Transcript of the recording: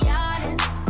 honest